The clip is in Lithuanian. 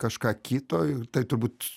kažką kito ir tai turbūt